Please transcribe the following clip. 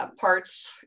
parts